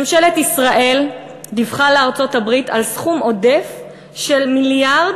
ממשלת ישראל דיווחה לארצות-הברית על סכום עודף של מיליארד